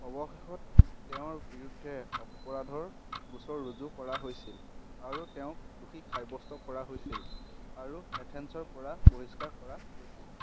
অৱশেষত তেওঁৰ বিৰুদ্ধে অপৰাধৰ গোচৰ ৰুজু কৰা হৈছিল আৰু তেওঁক দোষী সাব্যস্ত কৰা হৈছিল আৰু এথেন্সৰপৰা বহিষ্কাৰ কৰা হৈছিল